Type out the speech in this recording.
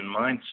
mindset